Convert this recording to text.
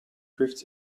drifts